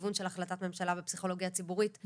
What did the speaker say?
לכיוון של החלטת ממשלה בפסיכולוגיה הציבורית.